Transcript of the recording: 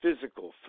physical